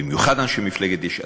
במיוחד אנשי מפלגת יש עתיד,